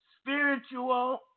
spiritual